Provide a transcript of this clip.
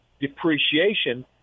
depreciation